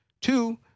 Two